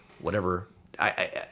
whatever—I